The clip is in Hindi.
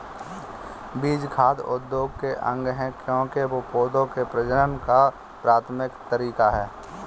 बीज खाद्य उद्योग के अंग है, क्योंकि वे पौधों के प्रजनन का प्राथमिक तरीका है